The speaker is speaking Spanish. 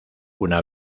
una